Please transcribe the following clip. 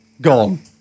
gone